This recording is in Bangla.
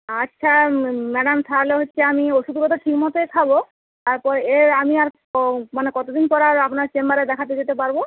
আচ্ছা ম্যাডাম তাহলে হচ্ছে আমি ওষুধগুলো ঠিক মতই খাবো তারপরে এ আমি আর মানে কতদিন পরে আর আপনার চেম্বারে দেখাতে যেতে পারবো